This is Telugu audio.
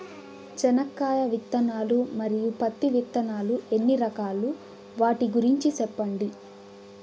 చెనక్కాయ విత్తనాలు, మరియు పత్తి విత్తనాలు ఎన్ని రకాలు వాటి గురించి సెప్పండి?